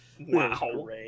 Wow